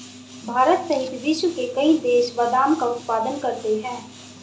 भारत सहित विश्व के कई देश बादाम का उत्पादन करते हैं